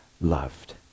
loved